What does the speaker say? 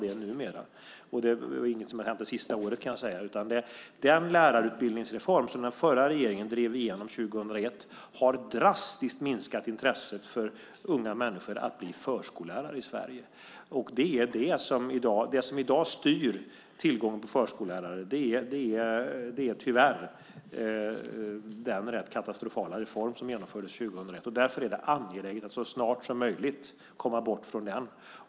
Det är inte något som har hänt det sista året, kan jag säga. Den lärarutbildningsreform som den förra regeringen drev igenom 2001 har drastiskt minskat intresset hos unga människor i Sverige att bli förskollärare. Det som i dag styr tillgången på förskollärare är tyvärr den rätt katastrofala reform som genomfördes 2001. Därför är det angeläget att så snart som möjligt komma bort från den.